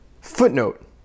Footnote